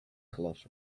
glas